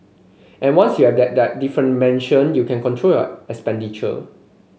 and once you have that that you can control your expenditure